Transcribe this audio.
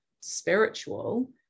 spiritual